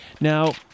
Now